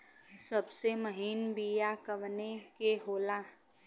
सबसे महीन बिया कवने के होला?